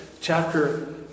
chapter